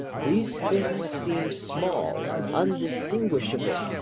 these things seem small and undistinguishable,